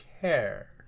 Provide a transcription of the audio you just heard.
care